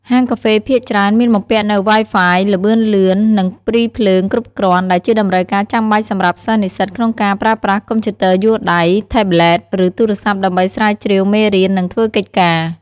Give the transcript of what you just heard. ហាងកាហ្វេភាគច្រើនមានបំពាក់នូវ ហ្វាយហ្វាយ ល្បឿនលឿន និង ព្រីភ្លើង គ្រប់គ្រាន់ ដែលជាតម្រូវការចាំបាច់សម្រាប់សិស្សនិស្សិតក្នុងការប្រើប្រាស់កុំព្យូទ័រយួរដៃ ថេប្លេត ឬទូរស័ព្ទដើម្បីស្រាវជ្រាវមេរៀន និងធ្វើកិច្ចការ។